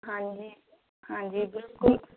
ਹਾਂਜੀ ਹਾਂਜੀ ਬਿਲਕੁਲ